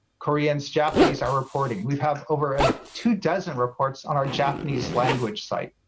koreans, japanese are reporting. we've have over ah two dozen reports on our japanese language site.